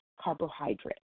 carbohydrate